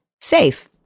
safe